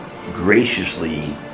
graciously